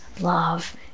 love